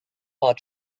are